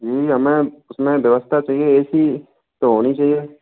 जी हमें उसमें व्यवस्था चाहिए ए सी तो होनी ही चाहिए